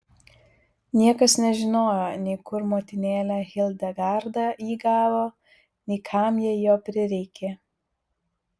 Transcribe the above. niekas nežinojo nei kur motinėlė hildegarda jį gavo nei kam jai jo prireikė